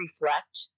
reflect